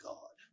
God